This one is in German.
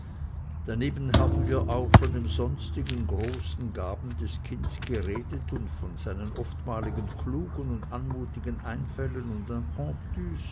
daneben haben wir auch von den sonstigen großen gaben des kinds geredet und von seinen oftmaligen klugen und anmuthigen einfällen und